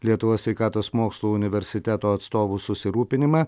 lietuvos sveikatos mokslų universiteto atstovų susirūpinimą